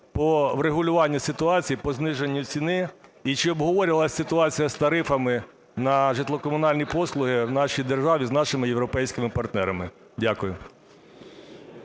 по врегулюванню ситуації, по зниженню ціни? І чи обговорювалась ситуація з тарифами на житлово-комунальні послуги в нашій державі з нашими європейськими партнерами? Дякую.